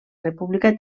república